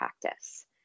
practice